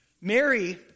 Mary